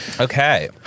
Okay